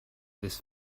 this